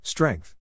Strength